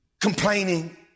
complaining